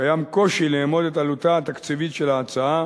קיים קושי לאמוד את עלותה התקציבית של ההצעה,